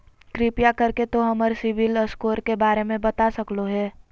कृपया कर के तों हमर सिबिल स्कोर के बारे में बता सकलो हें?